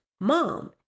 Mom